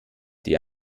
die